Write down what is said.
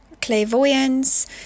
clairvoyance